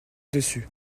dessus